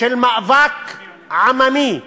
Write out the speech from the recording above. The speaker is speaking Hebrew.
של מאבק עממי,